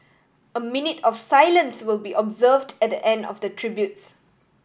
a minute of silence will be observed at the end of the tributes